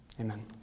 Amen